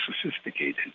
sophisticated